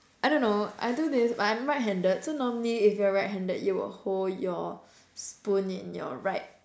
I don't know I do this but I'm right handed so normally if you're right handed you will hold your spoon in your right